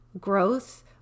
growth